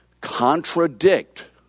contradict